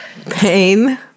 pain